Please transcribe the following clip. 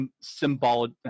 symbolic